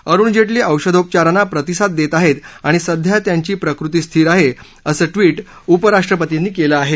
अरुण जेटली औषधोपचारांना प्रतिसाद देत आहेत आणि सध्या त्यांची प्रकृती स्थिर आहे असं ट्विट उपराष्ट्रपतींनी केलं आहे